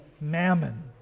mammon